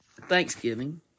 Thanksgiving